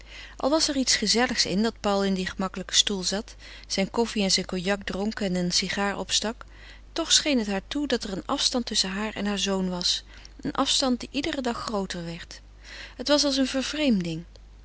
al was er iets gezelligs in dat paul in dien gemakkelijken stoel zat zijn koffie en zijn cognac dronk en een sigaar opstak toch scheen het haar toe dat er een afstand tusschen haar en heur zoon was een afstand die iederen dag grooter werd het was als een vervreemding